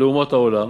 לאומות העולם,